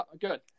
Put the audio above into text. Good